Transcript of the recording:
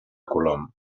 colom